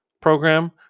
program